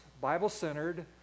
Bible-centered